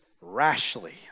rashly